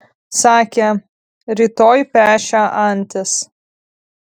sakė rytoj pešią antis